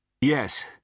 Yes